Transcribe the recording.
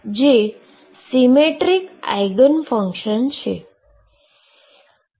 જે symmetric eigen function છે